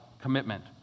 commitment